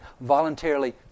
voluntarily